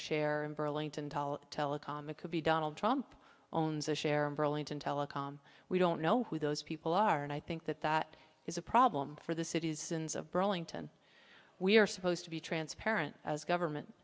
share telecom it could be donald trump owns a share in burlington telecom we don't know who those people are and i think that that is a problem for the citizens of burlington we are supposed to be transparent as government